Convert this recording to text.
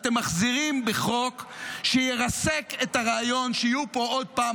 אתם מחזירים בחוק שירסק את הרעיון שיהיו פה עוד פעם